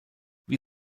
wie